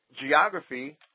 geography